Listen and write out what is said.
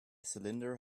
cylinder